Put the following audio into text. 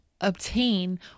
obtain